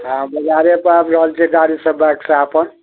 हँ बजारेपर आबि रहल छियै गाड़ीसँ बाइकसँ अपन